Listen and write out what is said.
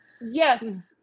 Yes